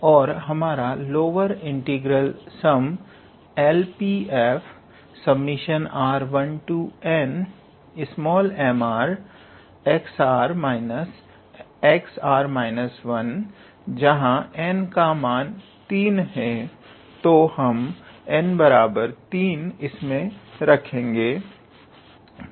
और हमारा lower integral sum LPf r1nmr जहां n का मान 3 है तो हम n3 इसमें रखेंगे